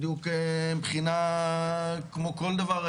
בדיוק מבחינה כמו כל דבר,